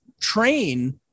train